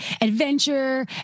adventure